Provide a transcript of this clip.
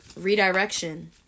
Redirection